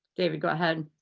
david, go ahead.